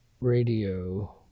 Radio